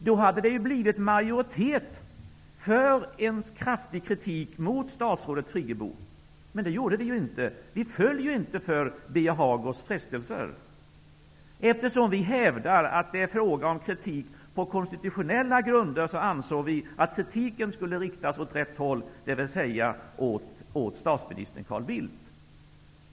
Då hade det ju blivit majoritet för en kraftig kritik mot statsrådet Friggebo. Men det gjorde vi ju inte. Vi föll inte för Birger Hagårds frestelser. Eftersom vi hävdar att det är fråga om kritik på konstitutionella grunder, ansåg vi att kritiken skulle riktas åt rätt håll, dvs. mot statsminister Carl Bildt.